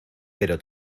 pero